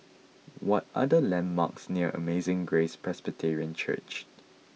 what are the landmarks near Amazing Grace Presbyterian Church